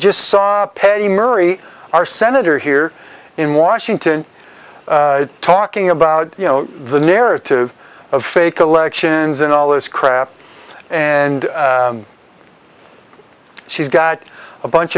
just saw a penny murray our senator here in washington talking about you know the narrative of fake elections and all this crap and she's got a bunch